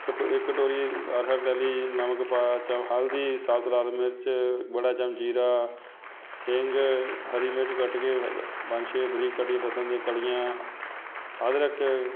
ਕਟੋ ਇੱਕ ਕਟੋਰੀ ਅਰਹਰ ਲੈ ਲਈ ਨਮਕ ਪਾਇਆ ਚਮ ਹਲਦੀ ਸਾਬਤ ਲਾਲ ਮਿਰਚ ਬੜਾ ਚਮਚ ਜੀਰਾ ਹਿੰਗ ਹਰੀ ਮਿਰਚ ਕੱਟ ਕੇ ਪੰਜ ਛੇ ਬਰੀਕ ਕਟੀ ਲਸਣ ਦੀਆਂ ਕਲੀਆਂ ਅਦਰਕ